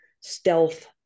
stealth